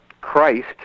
Christ